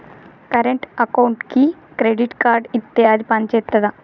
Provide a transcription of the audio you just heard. Current అకౌంట్కి credit card ఇత్తే అది పని చేత్తదా?